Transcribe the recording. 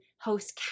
host